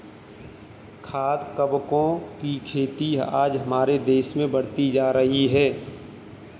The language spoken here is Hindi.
खाद्य कवकों की खेती आज हमारे देश में बढ़ती जा रही है